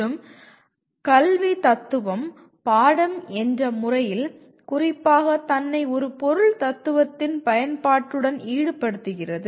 மற்றும் கல்வி தத்துவம் பாடம் என்ற முறையில் குறிப்பாக தன்னை ஒரு பொருள்தத்துவத்தின் பயன்பாட்டுடன் ஈடுபடுத்துகிறது